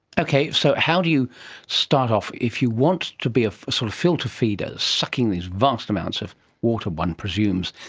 okay, so how do you start off if you want to be a sort of filter-feeder, sucking these vast amounts of water, one presumes,